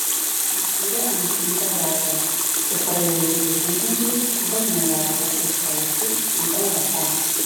jis kūrė ambicingą džiazą ir praėjusį dešimtmetį dažnai vežė tokius projektus į europą